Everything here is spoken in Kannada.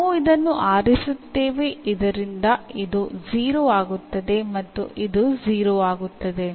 ನಾವು ಇದನ್ನು ಆರಿಸುತ್ತೇವೆ ಇದರಿಂದ ಇದು 0 ಆಗುತ್ತದೆ ಮತ್ತು ಇದು 0 ಆಗುತ್ತದೆ